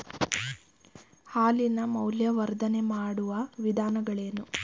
ಹಾಲಿನ ಮೌಲ್ಯವರ್ಧನೆ ಮಾಡುವ ವಿಧಾನಗಳೇನು?